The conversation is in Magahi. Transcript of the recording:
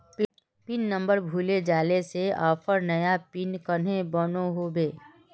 पिन नंबर भूले जाले से ऑफर नया पिन कन्हे बनो होबे?